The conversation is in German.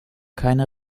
keine